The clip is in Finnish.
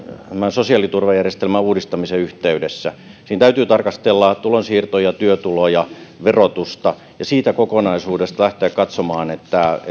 sosiaaliturvajärjestelmän uudistamisen yhteydessä siinä täytyy tarkastella tulonsiirtoja työtuloja verotusta ja siitä kokonaisuudesta lähteä katsomaan